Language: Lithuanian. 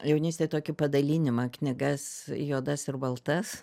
jaunystėj tokį padalinimą knygas juodas ir baltas